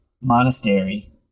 monastery